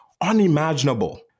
unimaginable